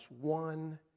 one